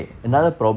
mm